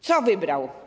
Co wybrał?